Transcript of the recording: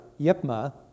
Yipma